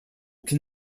can